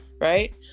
right